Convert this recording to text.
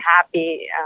happy